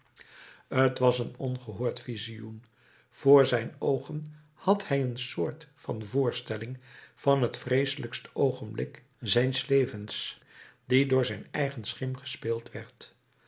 t was een ongehoord visioen voor zijn oogen had hij een soort van voorstelling van het vreeselijkst oogenblik zijns levens die door zijn eigen schim gespeeld